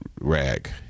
rag